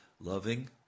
loving